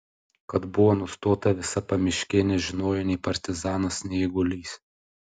kad buvo nustota visa pamiškė nežinojo nei partizanas nei eigulys